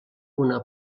una